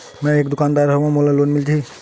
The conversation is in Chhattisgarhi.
मै एक दुकानदार हवय मोला लोन मिल जाही?